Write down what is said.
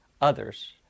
others